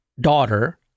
daughter